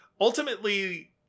ultimately